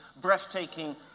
breathtaking